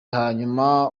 hanyuma